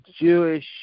Jewish